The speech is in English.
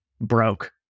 broke